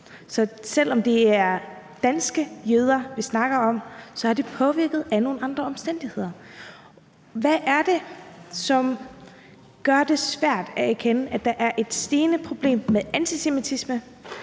Så selv om det er danske jøder, vi snakker om, så er det påvirket af andre omstændigheder. Hvad er det, som gør det svært at erkende, at der er et stigende problem med antisemitisme,